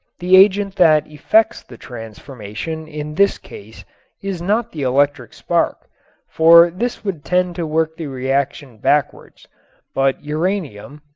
the agent that effects the transformation in this case is not the electric spark for this would tend to work the reaction backwards but uranium,